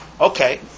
Okay